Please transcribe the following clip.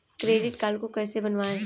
Credit card कैसे बनवाएँ?